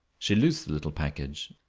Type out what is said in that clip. she loosed the little package,